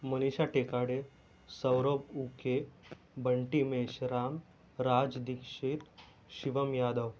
Manisha Tekade Saurav Uke Bunty Meshram Raj Dixit Shivam Yadav